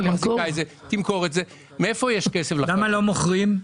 למה לא מוכרים?